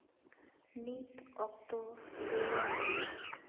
ᱱᱤᱛ ᱚᱠᱛᱚ ᱞᱟᱹᱭᱟᱹᱧ ᱢᱮ